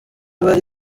bari